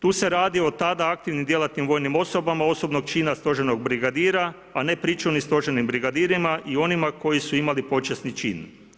Tu se radi o tada aktivnim djelatnim vojnim osobama osobnog čina stožernog brigadira a ne pričuvnim stožernim brigadirima i onima koji su imali počasni čin.